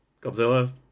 Godzilla